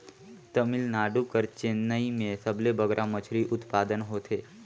तमिलनाडु कर चेन्नई में सबले बगरा मछरी उत्पादन होथे